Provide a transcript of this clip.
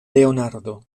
leonardo